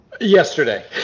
Yesterday